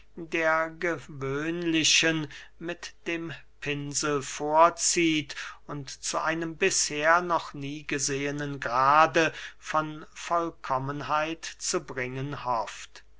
der gewöhnlichen mit dem pinsel vorzieht und zu einem bisher noch nie gesehenen grade von vollkommenheit zu bringen hofft